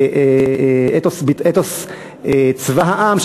אתוס צבא העם,